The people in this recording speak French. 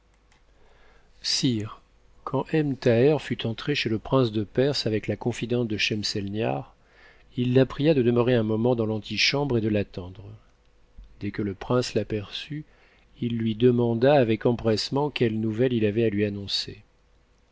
quand ebn thaher fut entré chez le prince de perse avec la conëdentede schemseinihar il la pria de demeurer un moment dans l'antichambre et de l'attendre dès que le prince l'aperçut il lui demanda avec empressement quelle nouvelle il avait à lui annoncer